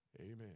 amen